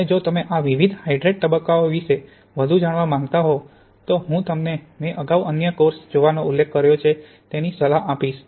અને જો તમે આ વિવિધ હાઇડ્રેટ તબક્કાઓ વિશે વધુ જાણવા માંગતા હો તો હું તમને મેં અગાઉ અન્ય કોર્સ જોવાનો ઉલ્લેખ કર્યો છે તેની સલાહ આપીશ છે